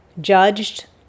judged